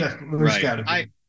Right